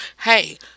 hey